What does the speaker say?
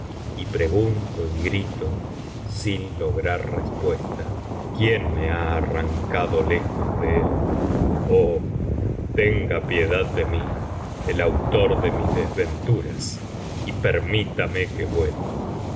y pregunto y grito sin lograr respuesta qiiién me ha arrancado lejos de él oh tenga piedad de mi el autor de mis desventuras y permítame que vuelva